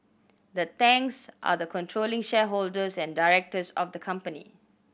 the Tangs are the controlling shareholders and directors of the company